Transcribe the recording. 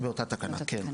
באותה תקנה, כן.